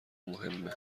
مهمه